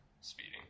speeding